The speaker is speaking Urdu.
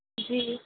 جی